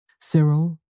Cyril